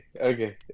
okay